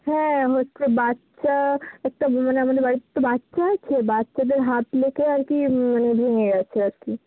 হ্যাঁ হচ্ছে বাচ্চা একটা মানে আমাদের বাড়িতে তো বাচ্চা আছে বাচ্চাদের হাত লেগে আর কি মানে ভেঙে গেছে আর কি